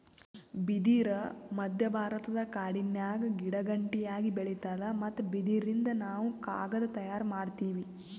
ಬಿದಿರ್ ಮಧ್ಯಭಾರತದ ಕಾಡಿನ್ಯಾಗ ಗಿಡಗಂಟಿಯಾಗಿ ಬೆಳಿತಾದ್ ಮತ್ತ್ ಬಿದಿರಿನಿಂದ್ ನಾವ್ ಕಾಗದ್ ತಯಾರ್ ಮಾಡತೀವಿ